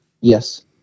Yes